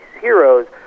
heroes